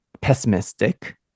pessimistic